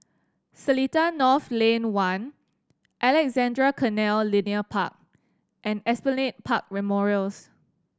Seletar North Lane One Alexandra Canal Linear Park and Esplanade Park Memorials